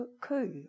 coup